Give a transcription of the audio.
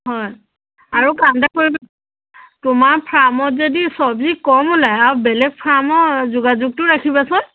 হয় আৰু কাম এটা কৰিবা তোমাৰ ফাৰ্মত যদি চব্জি কম ওলায় আৰু বেলেগ ফাৰ্মৰ যোগাযোগটো ৰাখিবাচোন